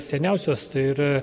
seniausios tai yra